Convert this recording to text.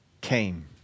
came